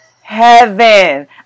heaven